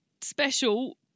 special